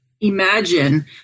imagine